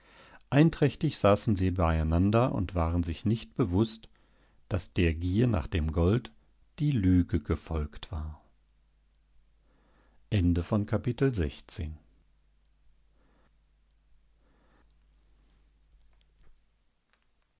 einträchtig saßen sie beieinander und waren sich nicht bewußt daß der gier nach dem gold die lüge gefolgt war